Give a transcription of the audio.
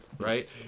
Right